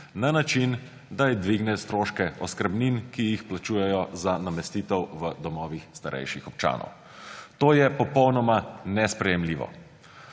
na način, da jim dvigne stroške oskrbnin, ki jih plačujejo za namestitev v domovih starejših občanov. To je popolnoma nesprejemljivo.